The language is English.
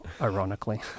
ironically